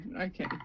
okay